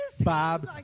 Bob